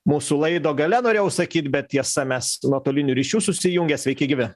mūsų laido gale norėjau sakyt bet tiesa mes nuotoliniu ryšiu susijungę sveiki gyvi